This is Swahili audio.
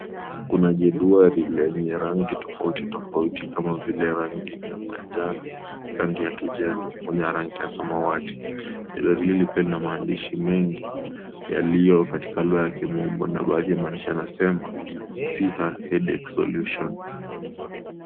Kuna jedwali lenye rangi tofauti tofauti kama vile rangi ya manjano rangi ya kijani kuna ya samawati jedwali hili pia lina maandishi mengi yaliyo katika lugha ya kimombo na baadhi ya maandishi yanasema see a headache solution .